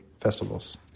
festivals